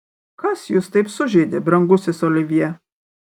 kas jūs taip sužeidė brangusis olivjė